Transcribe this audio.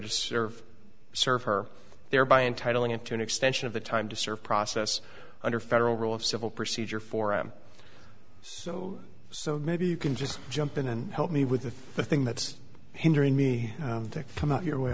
just serve serve her thereby entitling into an extension of the time to serve process under federal rule of civil procedure for i am so so maybe you can just jump in and help me with the thing that's hindering me to come out your way